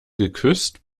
geküsst